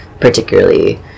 particularly